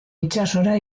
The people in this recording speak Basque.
itsasora